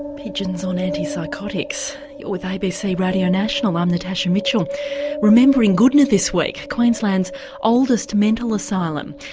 pigeons on antipsychotics. you're with abc radio national, i'm natasha mitchell remembering goodna this week, queensland's oldest mental asylum,